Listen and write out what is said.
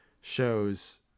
shows